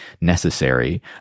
necessary